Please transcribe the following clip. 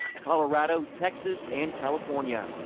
colorado, texas, and california.